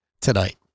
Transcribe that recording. tonight